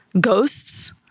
ghosts